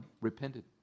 repented